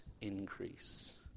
increase